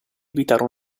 evitare